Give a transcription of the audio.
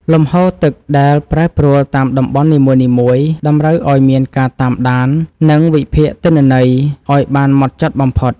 លំហូរទឹកដែលប្រែប្រួលតាមតំបន់នីមួយៗតម្រូវឱ្យមានការតាមដាន និងវិភាគទិន្នន័យឱ្យបានហ្មត់ចត់បំផុត។